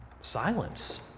silence